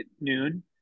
noon